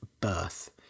birth